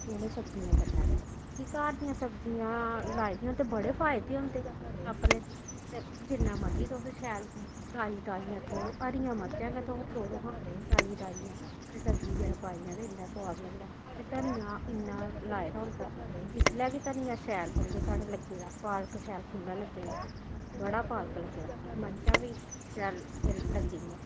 उ'नें सब्जियें कन्नै गै कि घर दियां सब्जियां लाई दियां होन ते बड़े फायदे होंदे अपने ते जिन्ना मर्जी तुस शैल ताजी ताजियां त्रोड़ो हरियां मर्चां गै तुह् त्रोड़ो हां ताजी ताजियां ते सब्जी च जेल्लै पाई दियां ते इन्ना सोआद लगदा ते धनिया इन्ना लाए दा होंदा इसलै बी धनियां शैल समझो साढ़े लग्गे दा पालक शैल खु'ल्ला लग्गे दा बड़ा पालक लग्गे दा मर्चां बी शैल लग्गी दियां